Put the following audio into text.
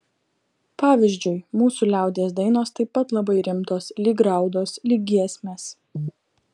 pavyzdžiui mūsų liaudies dainos taip pat labai rimtos lyg raudos lyg giesmės